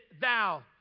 thou